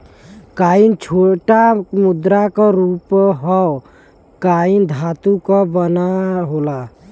coin छोटा मुद्रा क रूप हौ कॉइन धातु क बना होला